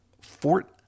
Fort